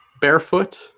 barefoot